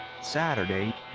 Saturday